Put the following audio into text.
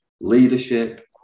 leadership